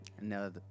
No